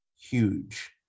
huge